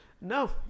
No